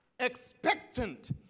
expectant